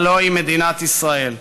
הלוא היא מדינת ישראל,